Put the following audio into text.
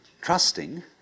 trusting